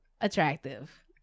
attractive